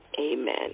amen